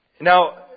Now